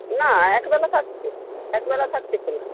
না একবেলা থাকছে একবেলা থাকছে খোলা